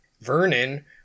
Vernon